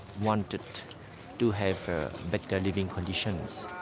wanted to have better living conditions.